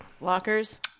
lockers